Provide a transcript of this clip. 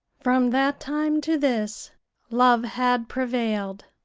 from that time to this love had prevailed,